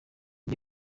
jye